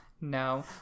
No